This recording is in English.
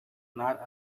not